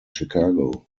chicago